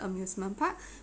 amusement park